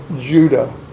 Judah